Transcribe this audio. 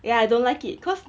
ya I don't like it cause